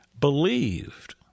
believed